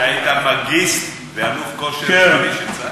שהיית מאגיסט ואלוף כושר קרבי של צה"ל?